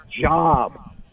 job